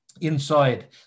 inside